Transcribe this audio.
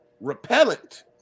repellent